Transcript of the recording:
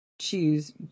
choose